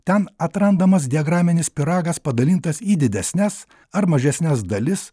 ten atrandamas diagraminis pyragas padalintas į didesnes ar mažesnes dalis